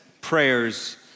prayers